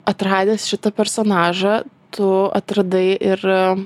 atradęs šitą personažą tu atradai ir